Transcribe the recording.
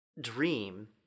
dream